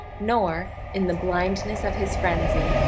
nor, in the blindness of his frenzy,